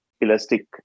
Elastic